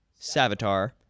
Savitar